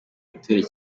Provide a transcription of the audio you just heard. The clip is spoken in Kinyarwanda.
mutuelle